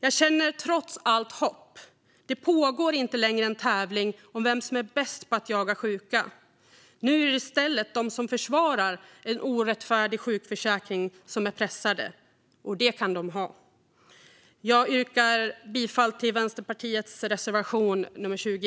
Jag känner trots allt hopp. Det pågår inte längre en tävling om vem som är bäst på att jaga sjuka. Nu är det i stället de som försvarar en orättfärdig sjukförsäkring som är pressade. Det kan de ha. Jag yrkar bifall till Vänsterpartiets reservation nummer 20.